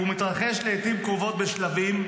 והוא מתרחש לעיתים קרובות בשלבים,